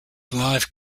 live